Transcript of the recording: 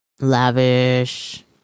lavish